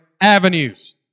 avenues